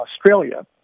Australia